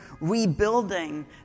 rebuilding